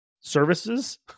services